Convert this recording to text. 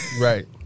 Right